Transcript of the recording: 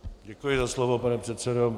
Děkuji za slovo, pane předsedo.